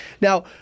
now